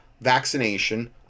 vaccination